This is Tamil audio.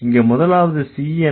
இங்க முதலாவது C என்ன